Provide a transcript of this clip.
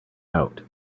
out